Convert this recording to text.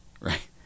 right